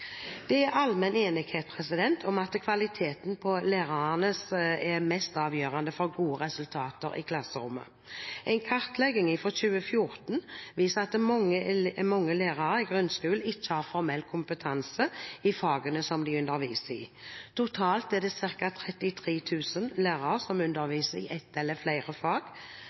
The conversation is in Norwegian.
Det er allmenn enighet om at kvaliteten på lærerne er mest avgjørende for gode resultater i klasserommet. En kartlegging fra 2014 viser at mange lærere i grunnskolen ikke har formell kompetanse i fagene de underviser i. Totalt er det ca. 33 000 lærere som underviser i ett eller flere